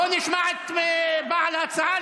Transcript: בואו נשמע את בעל ההצעה,